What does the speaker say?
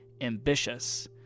ambitious